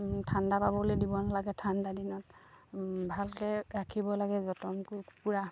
ঠাণ্ডা পাবলৈ দিব নালাগে ঠাণ্ডা দিনত ভালকৈ ৰাখিব লাগে যতন কৰি কুকুৰা